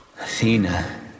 Athena